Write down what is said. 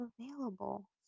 available